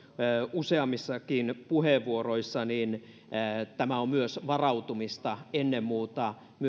useammissakin puheenvuoroissa tämä on myös varautumista ennen muuta